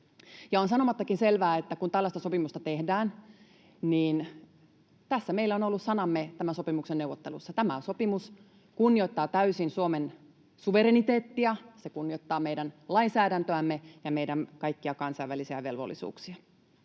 On sanomattakin selvää, että kun tällaista sopimusta tehdään, niin tässä meillä on ollut sanamme tämän sopimuksen neuvottelussa. Tämä sopimus kunnioittaa täysin Suomen suvereniteettia, se kunnioittaa meidän lainsäädäntöämme ja meidän kaikkia kansainvälisiä velvollisuuksia.